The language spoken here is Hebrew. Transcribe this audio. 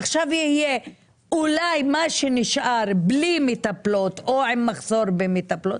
עכשיו יהיה אולי מה שנשאר בלי מטפלות או עם מחסור במטפלות.